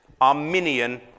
Arminian